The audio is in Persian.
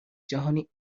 جهانی